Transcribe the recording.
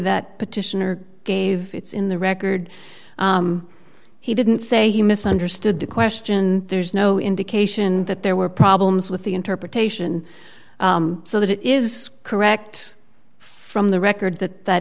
that petitioner gave it's in the record he didn't say he misunderstood the question there's no indication that there were problems with the interpretation so that it is correct from the record that that